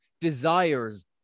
desires